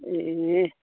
ए